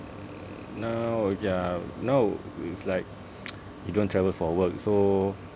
mm now ya now it's like you don't travel for work so